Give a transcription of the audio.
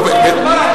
לא מדובר על התקציב,